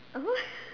uh who